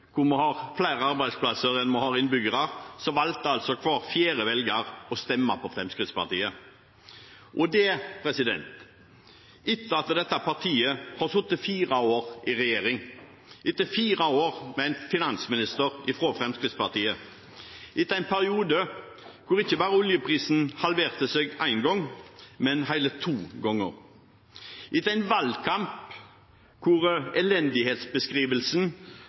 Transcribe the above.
hvor vi har flere arbeidsplasser enn innbyggere, valgte hver fjerde velger å stemme på Fremskrittspartiet. Etter at dette partiet hadde sittet fire år i regjering, etter fire år med en finansminister fra Fremskrittspartiet, etter en periode da oljeprisen ikke bare halverte seg én gang, men hele to ganger, etter en valgkamp der elendighetsbeskrivelsen